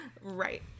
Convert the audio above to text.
right